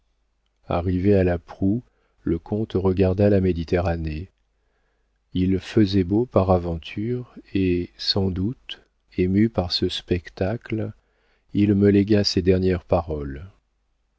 arrivés à la proue le comte regarda la méditerranée il faisait beau par aventure et sans doute ému par ce spectacle il me légua ces dernières paroles